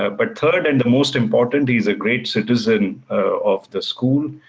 ah but third and the most importantly, he is a great citizen of the school.